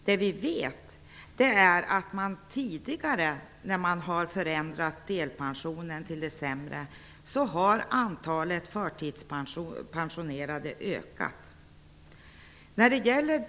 Vad vi vet är att antalet förtidspensionerade har ökat när man vid tidigare tillfällen har förändrat delpensionen till det sämre.